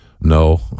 No